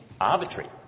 arbitrary